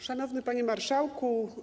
Szanowny Panie Marszałku!